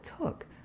took